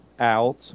out